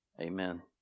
Amen